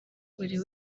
buri